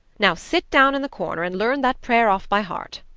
now, sit down in the corner and learn that prayer off by heart.